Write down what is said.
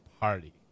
party